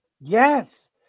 Yes